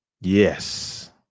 yes